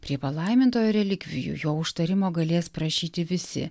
prie palaimintojo relikvijų jo užtarimo galės prašyti visi